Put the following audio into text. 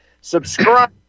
Subscribe